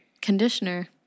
Conditioner